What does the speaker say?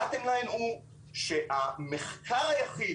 השורה התחתונה היא שהמחקר היחיד